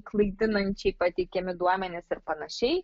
klaidinančiai pateikiami duomenys ir panašiai